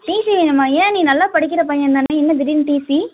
DC வேணுமா ஏன் நீ நல்லா படிக்கிற பையன் தானே என்ன திடீரெனு டிசி